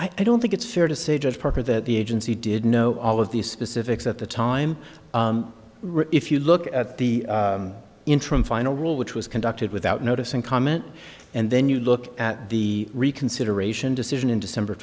i don't think it's fair to say judge parker that the agency did know all of these specifics at the time if you look at the interim final rule which was conducted without notice and comment and then you look at the reconsideration decision in december